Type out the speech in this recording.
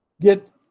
get